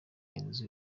inzu